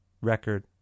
record